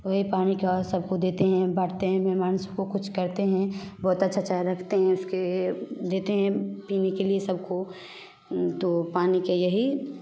वही पानी का सब को देते हैं बांटते हैं मेहमान को कुछ करते हैं बहुत अच्छा अच्छा रखते हैं उसके देते हैं पीने के लिए सब को तो पानी का यही